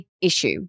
issue